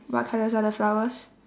what colours are the flowers